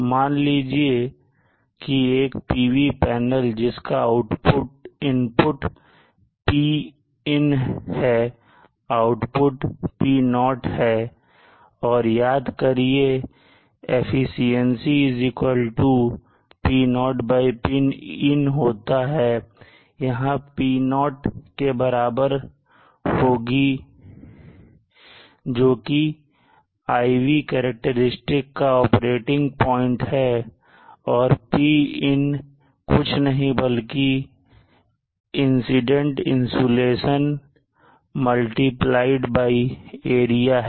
मान लीजिए कि एक PV पैनल है जिसका इनपुट Pin है और आउटपुट P0 है और याद करिए कार्यक्षमता P0 Pin होती है यहां P0 के बराबर होगी जोकि IV करैक्टेरिस्टिक्स का ऑपरेटिंग पॉइंट है और Pin कुछ नहीं बल्कि इंसिडेंट इंसुलेशन गुड़ा एरिया है